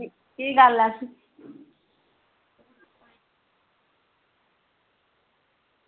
भी गल्ल आक्खी